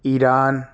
Iran